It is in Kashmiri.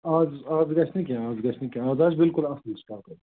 اَز اَز گَژھِ نہٕ کیٚنٛہہ اَز گَژھِ نہٕ کیٚنٛہہ اَز آسہِ بِلکُل اَصٕل سِٹاک حظ